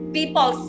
people